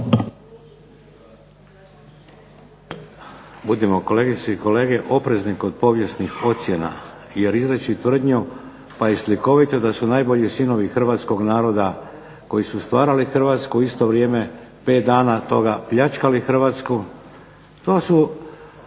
Budimo kolegice i kolege oprezni kod povijesnih ocjena jer izreći tvrdnju pa i slikovito da su najbolji sinovi hrvatskog naroda koji su stvarali Hrvatsku u isto vrijeme pet dana toga pljačkali Hrvatsku, to su